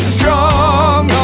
Strong